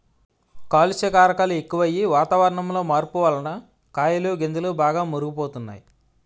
కాలుష్య కారకాలు ఎక్కువయ్యి, వాతావరణంలో మార్పు వలన కాయలు గింజలు బాగా మురుగు పోతున్నాయి